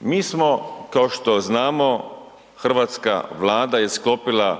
Mi smo, kao što znamo, hrvatska Vlada je sklopila